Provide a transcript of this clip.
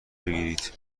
بگیرید